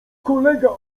kolega